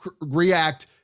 react